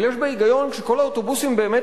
אבל יש בה היגיון כשכל האוטובוסים באמת